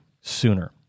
sooner